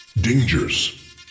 Dangers